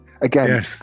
again